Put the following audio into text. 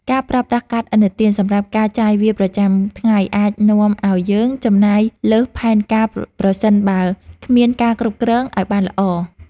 ការប្រើប្រាស់កាតឥណទានសម្រាប់ការចាយវាយប្រចាំថ្ងៃអាចនាំឱ្យយើងចំណាយលើសផែនការប្រសិនបើគ្មានការគ្រប់គ្រងឱ្យបានល្អ។